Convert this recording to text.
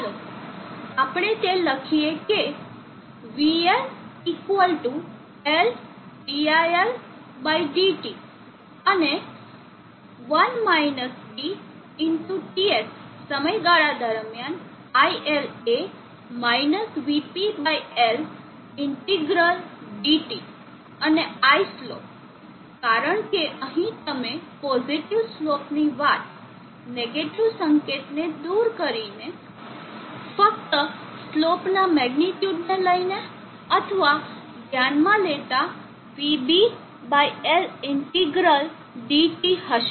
ચાલો આપણે તે લખીએ કે vL L diL dt અને Ts સમયગાળા દરમિયાન iL એ - vP L ઈન્ટીગ્રલ dt અને I સ્લોપ કારણ કે અહીં તમે પોઝિટીવ સ્લોપની વાત નેગેટીવ સંકેતને દૂર કરીને ફક્ત સ્લોપના મેગ્નીટ્યુડને લઈને અથવા ધ્યાનમાં લેતા vB L ઈન્ટીગ્રલ dt હશે